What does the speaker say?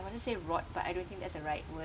I want to say rot but I don't think that's a right word